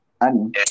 Annie